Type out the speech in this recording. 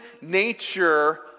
nature